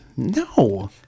No